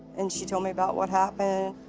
and she told me about what happened.